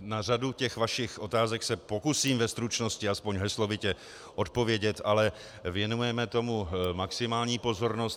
Na řadu vašich otázek se pokusím ve stručnosti, aspoň heslovitě odpovědět, ale věnujeme tomu maximální pozornost.